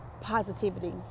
positivity